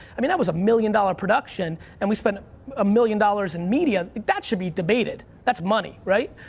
i mean, that was a million dollar production and we spent a million dollars in media. that should be debated. that's money, right?